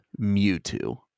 Mewtwo